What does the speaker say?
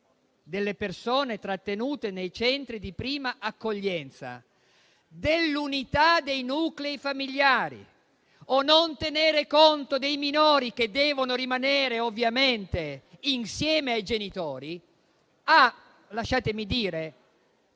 delle persone trattenute nei centri di prima accoglienza, dell'unità dei nuclei familiari, o non tenere conto dei minori che devono rimanere ovviamente insieme ai genitori, lasciatemi dire